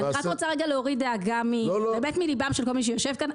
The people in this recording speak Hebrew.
אני רק רוצה להוריד דאגה באמת מליבם של כל מי שיושב כאן,